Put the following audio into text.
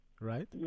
right